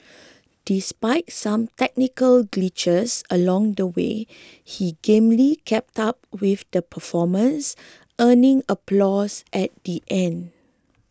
despite some technical glitches along the way he gamely kept up with the performance earning applause at the end